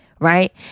Right